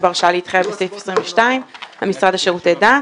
בהרשאה להתחייב בסעיף 22 המשרד לשירותי דת.